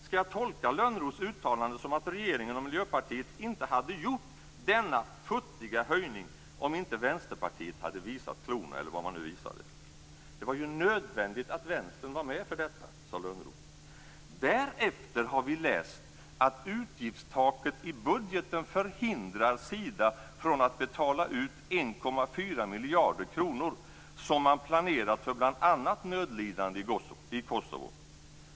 Skall jag tolka Lönnroths uttalande så att regeringen och Miljöpartiet inte skulle ha gjort denna futtiga höjning om inte Vänsterpartiet hade visat klorna - eller vad man nu visade? Det var nödvändigt att Vänstern var med på detta, sade Lönnroth. Därefter har vi läst att utgiftstaket i budgeten förhindrar Sida att betala ut 1,4 miljarder kronor som man planerat för bl.a. nödlidande i Kosovo.